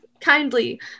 kindly